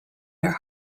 your